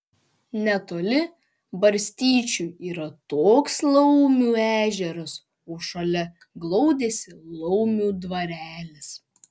netoli barstyčių yra toks laumių ežeras o šalia glaudėsi laumių dvarelis